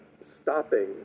stopping